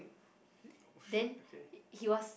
then he was